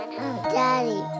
Daddy